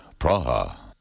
Praha